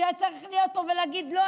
שהיה צריך להיות פה ולהגיד: לא,